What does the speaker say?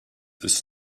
ist